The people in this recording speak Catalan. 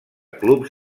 clubs